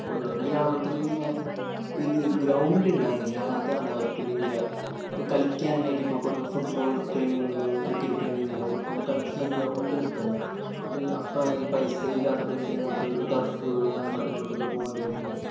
ഓരോന്ന് ഗ്രാമത്തിൽ പിന്നെ ഇത് ഗ്രൗണ്ട് ഉണ്ടാകുന്നില്ല അതാണ് അവർക്ക് ഭയങ്കര കളിക്കാൻ തന്നെയായിട്ട് ഇപ്പം കു റേ ഫുട്ബോൾ പ്രേമികളുണ്ടാവും ക്രിക്കറ്റ് പ്രേമികളുണ്ടാവും ഓർക്കൊന്നും കളിക്കാൻ ഗ്രൗണ്ട് കിട്ടലില്ല അപ്പം ഈ പൈസ ഇല്ലാത്ത പൈസയും കൊടുത്തൊരു ടെർഫ്കളിൽ അങ്ങോട്ടു ഇങ്ങോട്ടുമൊക്കെ പോകണ്ടി വരുന്നത്